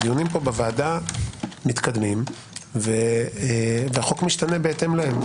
הדיונים פה בוועדה מתקדמים והחוק משתנה בהתאם להם.